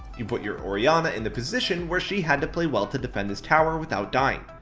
you put your orianna in the position where she had to play well to defend this tower without dying.